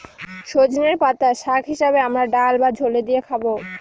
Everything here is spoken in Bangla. সজনের পাতা শাক হিসেবে আমরা ডাল বা ঝোলে দিয়ে খাবো